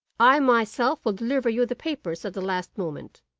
i myself will deliver you the papers at the last moment